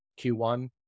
Q1